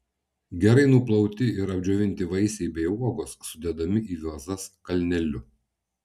gerai nuplauti ir apdžiovinti vaisiai bei uogos sudedami į vazas kalneliu